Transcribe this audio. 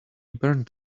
burnt